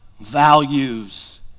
values